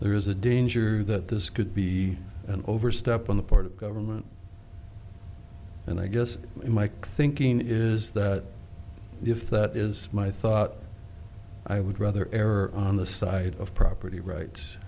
there is a danger that this could be an overstep on the part of government and i guess mike thinking is that if that is my thought i would rather err on the side of property rights